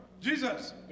Jesus